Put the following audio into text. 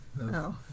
No